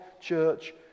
church